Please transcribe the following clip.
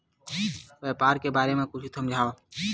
व्यापार के बारे म कुछु समझाव?